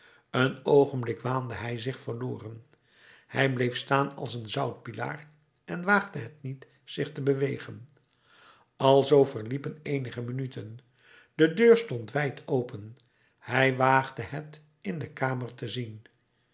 een oogenblik waande hij zich verloren hij bleef staan als een zoutpilaar en waagde het niet zich te bewegen alzoo verliepen eenige minuten de deur stond wijd open hij waagde het in de kamer te zien